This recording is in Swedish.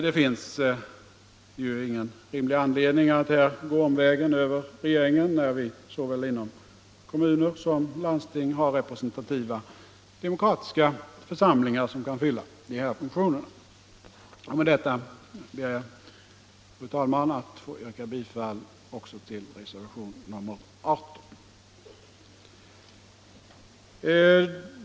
Det finns ju ingen rimlig anledning att gå omvägen över regeringen, när vi inom såväl kommuner som landsting har representativa demokratiska församlingar som kan fylla dessa funktioner. Med detta ber jag, fru talman, att få yrka bifall också till reservationen 18.